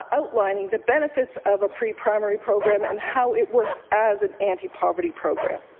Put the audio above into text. ah outlining the benefits of a preprimary program and how it works as an antipoverty program.